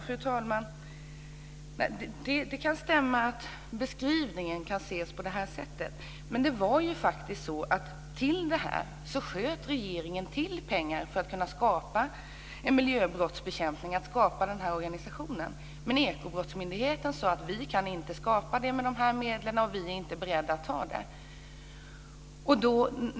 Fru talman! Det kan stämma att beskrivningen kan ses på det här sättet. Men regeringen sköt ju faktiskt till pengar till det här för att kunna skapa en miljöbrottsbekämpning och den här organisationen. Men Ekobrottsmyndigheten sade att man inte kunde skapa det här med dessa medel och att man inte var beredd att göra det.